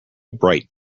bright